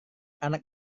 anak